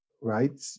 right